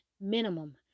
minimum